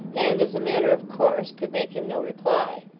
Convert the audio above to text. and, as a matter of course, could make him no reply.